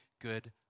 good